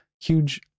huge